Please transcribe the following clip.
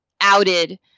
outed